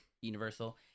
Universal